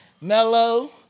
Mellow